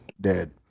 dead